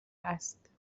است